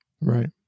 Right